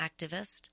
activist